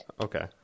Okay